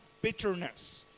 bitterness